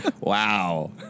wow